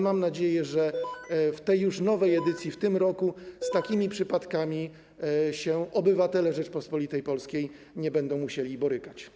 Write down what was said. Mam nadzieję, że w tej nowej edycji w tym roku z takimi przypadkami obywatele Rzeczypospolitej Polskiej nie będą musieli się borykać.